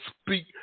speak